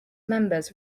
members